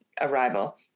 arrival